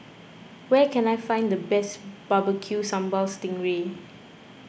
where can I find the best Barbecue Sambal Sting Ray